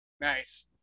Nice